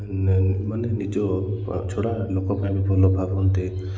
ମାନେ ନିଜ ଛଡ଼ା ଲୋକ ପାଇଁ ବି ଭଲ ଭାବନ୍ତି